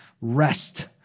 rest